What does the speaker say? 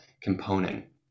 component